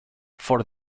for